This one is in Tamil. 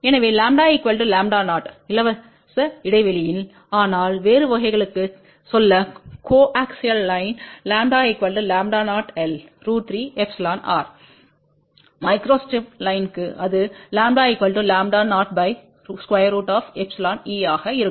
எனவேλλ0இலவச இடைவெளியில் ஆனால் வேறுவகைகளுக்குப் சொல்ல கோஆக்சியல் லைன் λ λ0 √εrமைக்ரோஸ்ட்ரிப் லைன்க்கு அதுλ λ0 √εe ஆக இருக்கும்